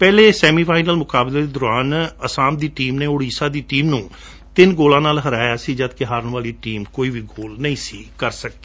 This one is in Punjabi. ਪਹਿਲੇ ਸੈਮੀ ਫਾਈਨਲ ਮੁਕਾਬਲੇ ਦੌਰਾਨ ਅਸਾਮ ਦੀ ਟੀਮ ਨੇ ਉੜੀਸਾ ਦੀ ਟੀਮ ਨੂੰ ਤਿੰਨ ਗੋਲਾਂ ਨਾਲ ਹਰਾਇਆ ਜਦਕਿ ਹਾਰਣ ਵਾਲੀ ਟੀਮ ਕੋਈ ਵੀ ਗੋਲ ਨਾ ਕਰ ਸਕੀ